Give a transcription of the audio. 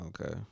Okay